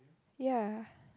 ya